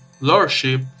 lordship